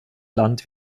land